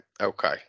okay